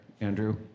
Andrew